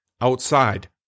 outside